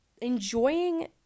enjoying